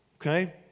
okay